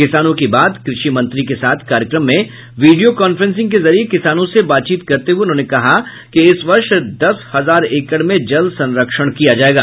किसानों की बात कृषि मंत्री को साथ कार्यक्रम में वीडियो कांफ्रेंसिंग के जरिये किसानों से बात करते हये उन्होंने कहा कि इस वर्ष दस हजार एकड़ में जल संरक्षण किया जायेगा